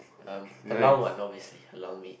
um Halal what obviously Halal meat